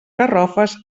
garrofes